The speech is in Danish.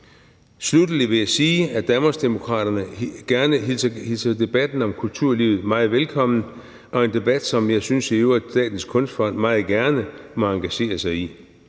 Sluttelig vil jeg sige, at Danmarksdemokraterne hilser debatten om kulturlivet meget velkommen. Det er en debat, som jeg i øvrigt synes Statens Kunstfond meget gerne må engagere sig i.